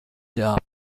der